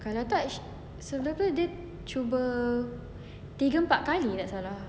kalau tak sh~ selepas dia cuba tiga empat kali tak salah